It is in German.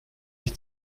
ich